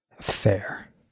Fair